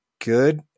good